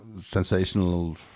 Sensational